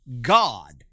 God